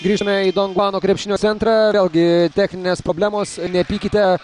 grįžtame į donguano krepšinio centrą vėlgi techninės problemos nepykite